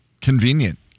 Convenient